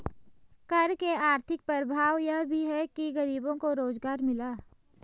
कर के आर्थिक प्रभाव यह भी है कि गरीबों को रोजगार मिला